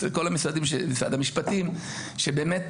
משרד המשפטים שבאמת